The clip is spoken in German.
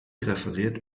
referiert